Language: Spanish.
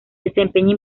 desempeña